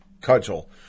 cudgel